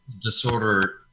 Disorder